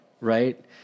right